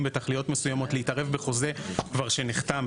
בתכליות מסוימות להתערב בחוזה שכבר נחתם.